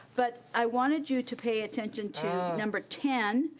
but i wanted you to pay attention to number ten,